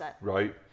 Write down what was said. Right